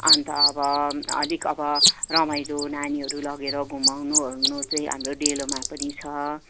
अन्त अब अलिक अब रमाइलो नानीहरू लगेर घुमाउनु ओर्नु चाहिँ हाम्रो डेलोमा पनि छ